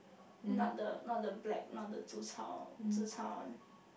not the not the black not the zi-char zi-char one